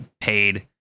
paid